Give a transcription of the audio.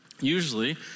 Usually